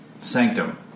Sanctum